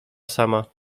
sama